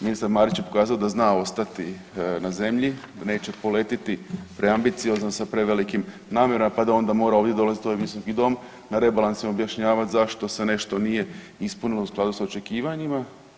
Ministar Marić je pokazao da zna ostati na zemlji, da neće poletiti preambiciozno sa prevelikim namjerama, pa da mora ovdje dolaziti u ovaj visoki Dom na rebalanse i objašnjavati zašto se nešto nije ispunilo u skladu sa očekivanjima.